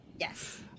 Yes